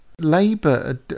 Labour